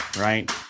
right